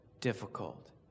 difficult